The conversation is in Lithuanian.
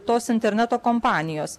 tos interneto kompanijos